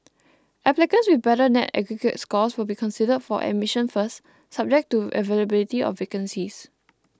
applicants with better net aggregate scores will be considered for admission first subject to the availability of vacancies